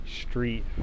street